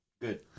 Good